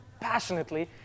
passionately